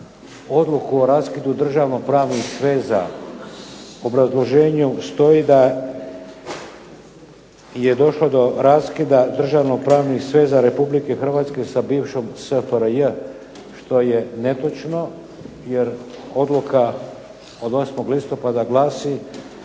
odluku o raskidu državno-pravnih sveza u obrazloženju stoji da je došlo do raskida državno-pravnih sveza Republike Hrvatske sa bivšom SFRJ što je netočno. Jer odluka od 8. listopada glasi: